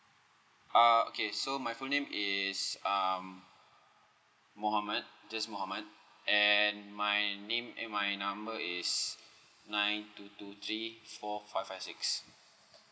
uh okay so my full name is um mohammad just mohammad and my name and my number is nine two two three four five five six